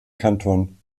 kanton